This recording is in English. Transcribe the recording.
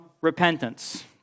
repentance